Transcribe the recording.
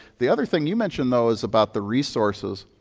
the other thing you mentioned, though, is about the resources.